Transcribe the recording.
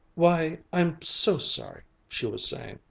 why, i'm so sorry, she was saying.